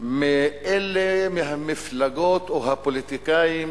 מאלה מהמפלגות או הפוליטיקאים